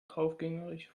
draufgängerisch